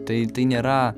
tai tai nėra